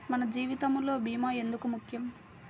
మన జీవితములో భీమా ఎందుకు ముఖ్యం?